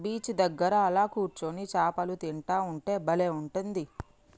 beach దగ్గర అలా కూర్చొని చాపలు తింటా ఉంటే బలే ఉంటది